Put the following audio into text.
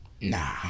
Nah